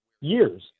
years